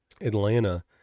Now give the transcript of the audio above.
Atlanta